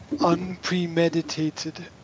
unpremeditated